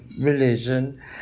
religion